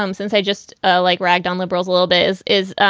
um since i just ah like, ragged on liberals a little bit is is,